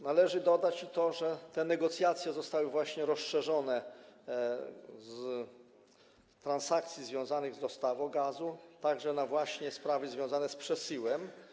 Należy dodać i to, że te negocjacje zostały rozszerzone z transakcji związanych z dostawą gazu także na sprawy związane z przesyłem.